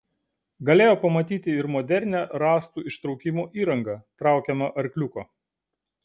galėjo pamatyti ir modernią rąstų ištraukimo įrangą traukiamą arkliuko